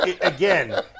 again